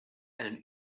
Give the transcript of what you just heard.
einen